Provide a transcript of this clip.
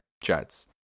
jets